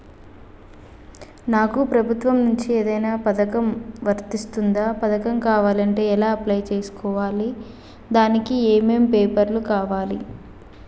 నాకు ప్రభుత్వం నుంచి ఏదైనా పథకం వర్తిస్తుందా? పథకం కావాలంటే ఎలా అప్లై చేసుకోవాలి? దానికి ఏమేం పేపర్లు కావాలి?